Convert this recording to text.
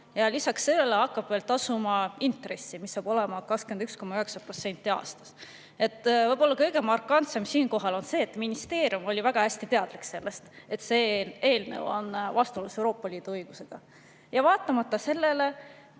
Lisaks sellele hakkab tasuma intressi, mis saab olema 21,9% aastas. Võib-olla kõige markantsem siinkohal on see, et ministeerium oli väga teadlik sellest, et see eelnõu on vastuolus Euroopa Liidu õigusega. Vaatamata sellele